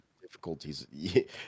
difficulties